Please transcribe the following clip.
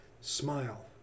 Smile